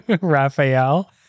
Raphael